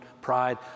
pride